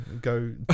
go